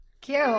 Cute